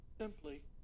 simply